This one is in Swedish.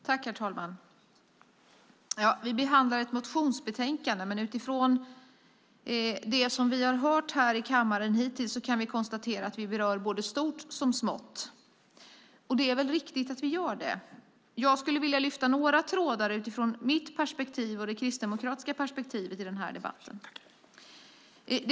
Herr talman! Vi behandlar ett motionsbetänkande, men utifrån det som vi hittills har hört här i kammaren kan vi konstatera att vi berör både stort och smått. Och det är väl riktigt att vi gör det. Jag skulle vilja lyfta fram några trådar utifrån mitt perspektiv och det kristdemokratiska perspektivet i den här debatten.